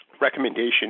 recommendation